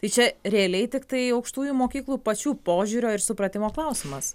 tai čia realiai tiktai aukštųjų mokyklų pačių požiūrio ir supratimo klausimas